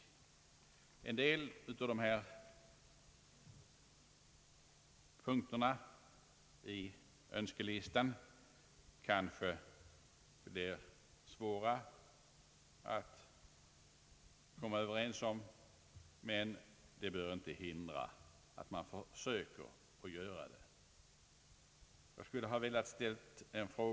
En del av dessa punkter i önskelistan kanske blir svåra att komma Överens om, men det bör inte hindra att man försöker att göra det. Tyvärr är handelsministern inte här.